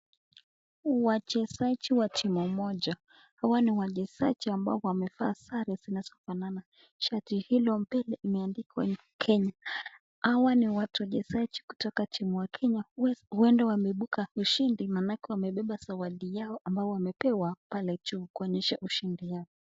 Wachezaji wa timu moja .Hawa ni wachezaji ambao wamevaa sare zinazofanana. Shati hilo mbeleimeandikwa Kenya. Hawa ni watu chezaji kutoka timu ya Kenya huenda wameibuka ushindi manake wamebeba zawadi yao ambayo wamepewa pale juu kuonyesha ushindi yao.